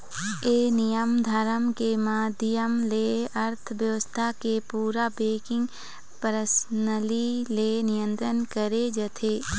ये नियम धरम के माधियम ले अर्थबेवस्था के पूरा बेंकिग परनाली ले नियंत्रित करे जाथे